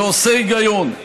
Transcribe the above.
ועושה היגיון.